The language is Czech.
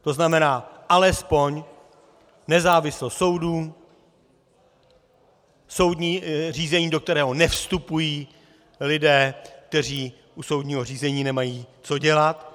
To znamená alespoň nezávislost soudů, soudní řízení, do kterého nevstupují lidé, kteří u soudního řízení nemají co dělat.